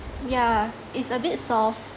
yeah it's a bit soft